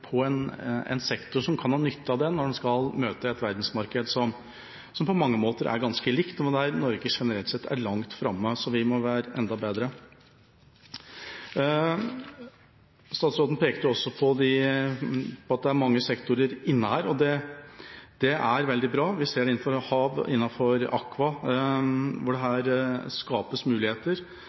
sektor som kan ha nytte av det når den skal møte et verdensmarked som på mange måter er ganske likt, men der Norge generelt sett er langt framme. Så vi må være enda bedre. Statsråden pekte også på at det er mange sektorer inne her. Det er veldig bra. Vi ser det innenfor HAV og innenfor Aqua, hvor det skapes muligheter,